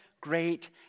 great